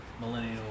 millennial